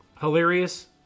hilarious